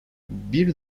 bir